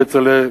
כצל'ה,